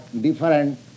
different